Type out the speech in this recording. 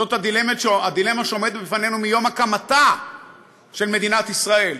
זאת הדילמה שעומדת בפנינו מיום הקמתה של מדינת ישראל,